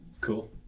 cool